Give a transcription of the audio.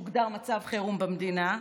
כשהוגדר מצב חירום במדינה,